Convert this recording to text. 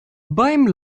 beim